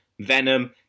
Venom